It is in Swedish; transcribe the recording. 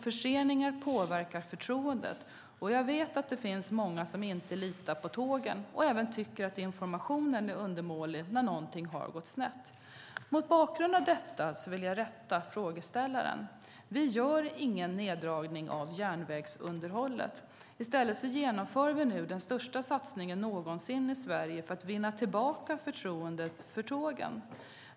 Förseningar påverkar förtroendet, och jag vet att det finns många som inte litar på tågen och även tycker att informationen är undermålig när någonting har gått snett. Mot bakgrund av detta vill jag rätta frågeställaren. Vi gör ingen neddragning av järnvägsunderhållet. I stället genomför vi nu den största satsningen någonsin i Sverige för att vinna tillbaka förtroendet för tågen.